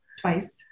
Twice